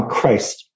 Christ